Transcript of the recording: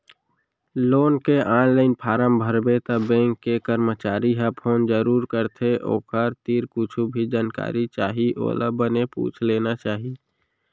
loan के online form भरबे त बेंक के करमचारी ह फोन जरूर करथे ओखर तीर कुछु भी जानकारी चाही ओला बने पूछ लेना चाही